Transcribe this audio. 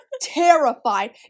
terrified